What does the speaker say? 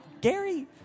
Gary